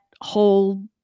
whole